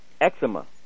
eczema